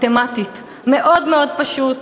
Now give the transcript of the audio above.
מתמטית, מאוד מאוד פשוט.